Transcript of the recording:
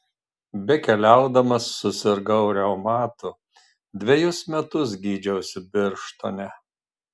bekeliaudamas susirgau reumatu dvejus metus gydžiausi birštone